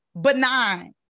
benign